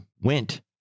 went